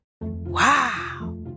Wow